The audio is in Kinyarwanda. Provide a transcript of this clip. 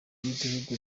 y’igihugu